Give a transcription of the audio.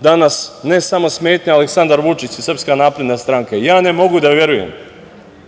danas ne samo smetnja Aleksandar Vučić i SNS. Ja ne mogu da verujem